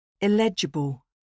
Illegible